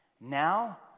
Now